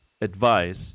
advice